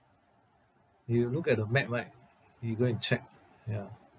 you look at the map right you go and check ya